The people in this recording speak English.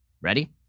Ready